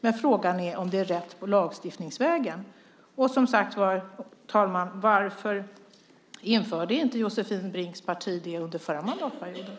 Men frågan är om det är rätt att gå lagstiftningsvägen. Sedan undrar jag än en gång varför inte Josefin Brinks parti införde detta under den förra mandatperioden.